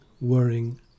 worrying